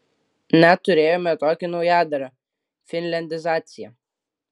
net turėjome tokį naujadarą finliandizacija